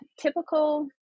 typical